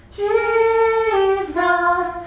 jesus